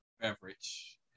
beverage